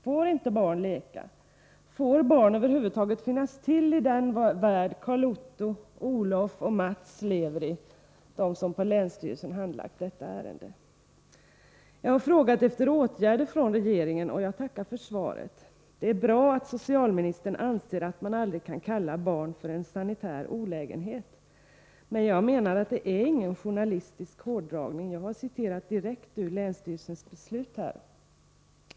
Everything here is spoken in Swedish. Får inte barn leka? Får barn över huvud taget finnas till i den värld Carl-Otto, Olof och Mats lever i — alltså de som på länsstyrelsen handlagt detta ärende? Jag har frågat efter åtgärder från regeringen, och jag tackar för svaret. Det är bra att socialministern anser att barn aldrig kan kallas för en sanitär olägenhet. Men det är ingen journalistisk hårdragning. Jag har citerat direkt ur länsstyrelsens beslut.